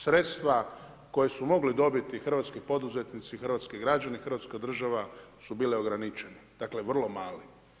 Sredstva koja su mogla dobiti hrvatski poduzetnici, hrvatski građani, hrvatska država su bile ograničene, dakle vrlo mali.